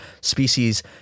species